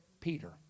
Peter